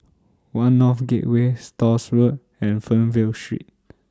one North Gateway Stores Road and Fernvale Street